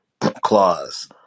claws